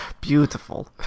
Beautiful